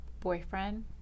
boyfriend